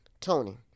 Tony